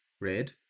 red